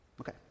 okay